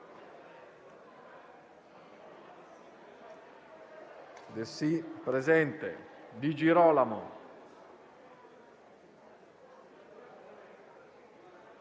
Di Girolamo,